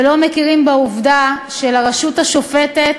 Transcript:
ולא מכירים בעובדה שלרשות השופטת